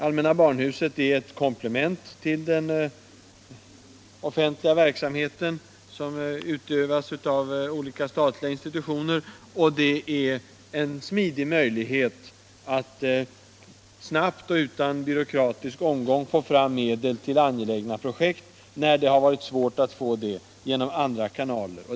Allmänna barnhuset är ett komplement till den verksamhet som utövas av olika statliga institutioner och innebär en smidig möjlighet att snabbt och utan byråkratisk omgång få fram medel till angelägna projekt, när det har varit svårt att få det genom andra kanaler.